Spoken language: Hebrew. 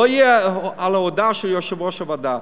שלא יהיה על ההודעה של יושב-ראש הוועדה,